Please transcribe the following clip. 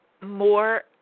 more